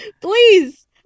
Please